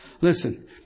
Listen